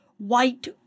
White